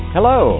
Hello